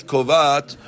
Kovat